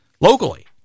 locally